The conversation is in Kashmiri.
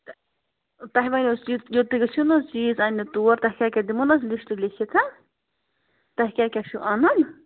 تہٕ تۄہہِ وَنوٕ سُہ یوٚت یوٚت تُہۍ گٔژھِو نا حظ چیٖز اَننہِ تور تۄہہِ کیٛاہ کیٛاہ دِمَہو نا حظ لِسٹہٕ لیٚکھِتھ تۄہہِ کیٛاہ کیٛاہ چھُو اَنُن